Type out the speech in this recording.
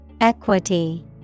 Equity